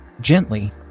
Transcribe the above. gently